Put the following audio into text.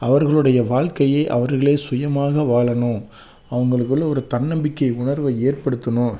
அவர்களுடைய வாழ்க்கையை அவர்களே சுயமாக வாழணும் அவங்களுக்குள்ளே ஒரு தன்னம்பிக்கை உணர்வை ஏற்படுத்தணும்